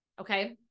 okay